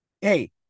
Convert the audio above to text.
Hey